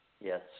Yes